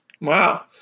Wow